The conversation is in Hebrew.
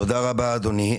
תודה רבה, אדוני.